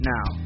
Now